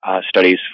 studies